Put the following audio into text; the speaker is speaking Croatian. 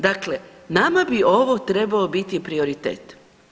Dakle, nama bi ovo trebao biti prioritet.